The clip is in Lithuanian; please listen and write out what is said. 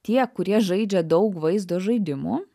tie kurie žaidžia daug vaizdo žaidimų